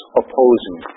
opposing